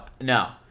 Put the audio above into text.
no